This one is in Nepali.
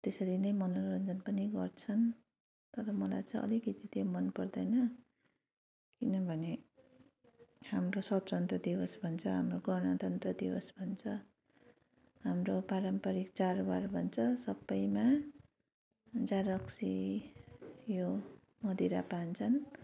त्यसरी नै मनोरन्जन पनि गर्छन् तर मलाई चाहिँ अलिकति त मन पर्दैन किनभने हाम्रो स्वतन्त्र दिवस भन्छ हाम्रो गणतन्त्र दिवस भन्छ हाम्रो पारम्परिक चाडबाड भन्छ सबैमा जाँड रक्सी यो मदिरापान चाहिँ